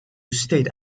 state